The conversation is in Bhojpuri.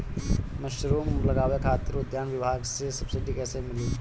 मशरूम लगावे खातिर उद्यान विभाग से सब्सिडी कैसे मिली?